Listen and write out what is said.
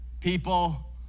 people